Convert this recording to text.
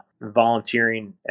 volunteering